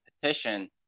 petition